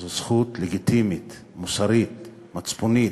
זו זכות לגיטימית, מוסרית, מצפונית,